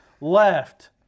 left